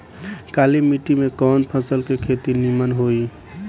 काली माटी में कवन फसल के खेती नीमन होई?